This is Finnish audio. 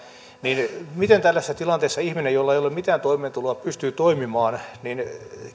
niin miten tällaisessa tilanteessa ihminen jolla ei ole mitään toimeentuloa pystyy toimimaan